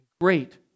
great